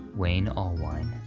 wayne allwine.